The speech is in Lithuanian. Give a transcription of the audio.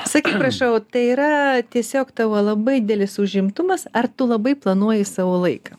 sakyk prašau tai yra tiesiog tavo labai delis užimtumas ar tu labai planuoji savo laiką